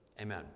Amen